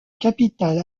capitale